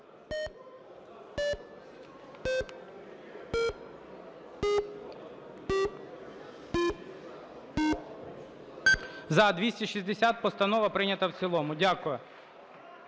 За-260 Постанова прийнята в цілому. Дякую.